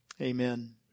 Amen